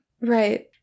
Right